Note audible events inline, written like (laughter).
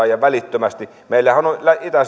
(unintelligible) ja välittömästi puututaan meillähän on on